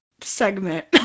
segment